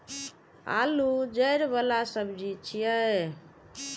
आलू जड़ि बला सब्जी छियै